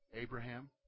Abraham